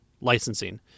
licensing